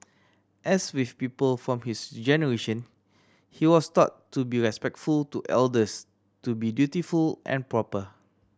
as with people from his generation he was taught to be respectful to elders to be dutiful and proper